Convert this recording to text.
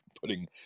putting